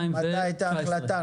מתי הייתה ההחלטה?